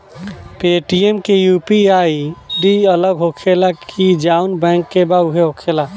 Paytm UPI ID आई.डी अलग होखेला की जाऊन बैंक के बा उहे होखेला?